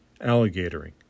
alligatoring